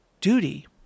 duty